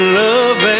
love